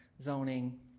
zoning